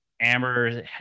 Amber